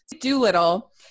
Doolittle